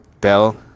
Bell